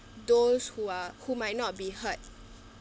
those who are who might not be hurt